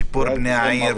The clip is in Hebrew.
-- להתמקד בשיפור פני העיר,